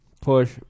push